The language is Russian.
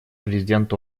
президент